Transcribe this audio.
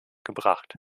gebracht